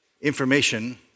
Information